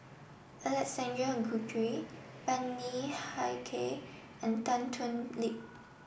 Alexander Guthrie Bani Haykal and Tan Thoon Lip